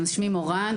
שמי מורן,